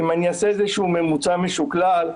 אם אעשה ממוצע משוקלל,